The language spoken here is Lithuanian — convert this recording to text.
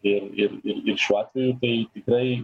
ir ir ir šiuo atveju tai tikrai